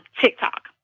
TikTok